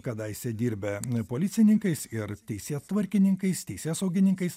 kadaise dirbę policininkais ir teisėtvarkininkais teisėsaugininkais